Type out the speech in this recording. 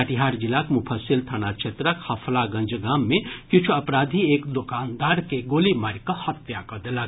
कटिहार जिलाक मुफस्सिल थाना क्षेत्रक हफलागंज गाम मे किछु अपराधी एक दोकानदार के गोली मारि कऽ हत्या कऽ देलक